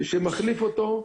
שמחליף אותו,